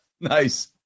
Nice